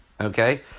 Okay